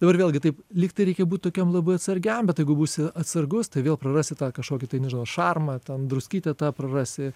dabar vėlgi taip lyg reikia būti tokiam labai atsargiam bet jeigu būsi atsargus tai vėl prarasi tą kažkokį tai tai nežinau šarmą ten druskytę tą prarasi